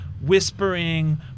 whispering